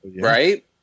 Right